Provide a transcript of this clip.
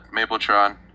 Mapletron